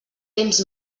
temps